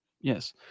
yes